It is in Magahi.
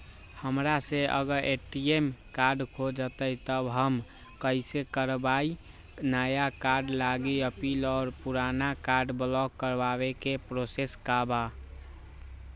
हमरा से अगर ए.टी.एम कार्ड खो जतई तब हम कईसे करवाई नया कार्ड लागी अपील और पुराना कार्ड ब्लॉक करावे के प्रोसेस का बा?